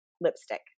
Lipstick